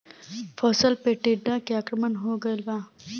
फसल पे टीडा के आक्रमण हो गइल बा?